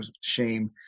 shame